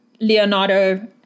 Leonardo